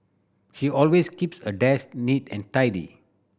he always keeps a desk neat and tidy